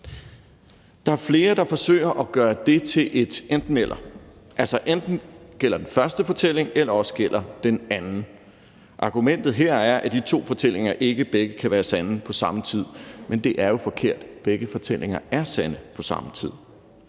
Der er flere, der forsøger at gøre det til et enten-eller. Enten gælder den første fortælling, eller også gælder den anden. Argumentet her er, at de to fortællinger ikke begge kan være sande på samme tid, men det er jo forkert – begge fortællinger er sande på samme tid.